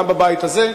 גם בבית הזה,